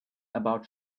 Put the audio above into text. about